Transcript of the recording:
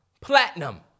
Platinum